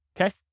Okay